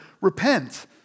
repent